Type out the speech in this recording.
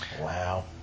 Wow